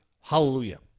hallelujah